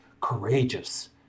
courageous